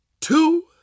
two